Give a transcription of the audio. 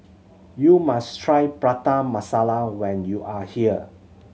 you must try Prata Masala when you are here